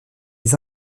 les